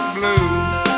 Blues